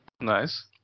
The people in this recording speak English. Nice